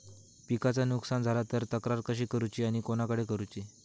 पिकाचा नुकसान झाला तर तक्रार कशी करूची आणि कोणाकडे करुची?